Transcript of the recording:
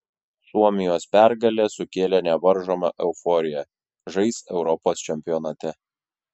suomijos pergalė sukėlė nevaržomą euforiją žais europos čempionate